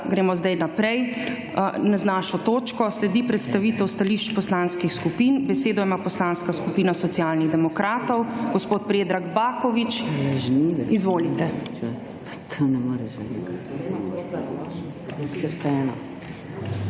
gremo zdaj naprej z našo točko. Sledi predstavitev stališč Poslanskih skupin. Besedo ima poslanska skupina SD, gospod Predrag Bakovič. Izvolite.